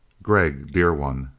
gregg, dear one.